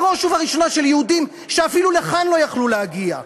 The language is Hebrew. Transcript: בראש ובראשונה של יהודים שאפילו לכאן לא היו יכולים להגיע,